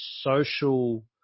social